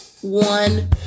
one